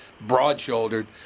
broad-shouldered